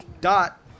dot